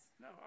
No